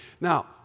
Now